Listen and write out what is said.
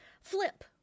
flip